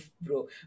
bro